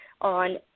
on